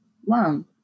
One